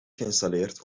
geïnstalleerd